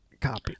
Copy